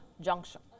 junction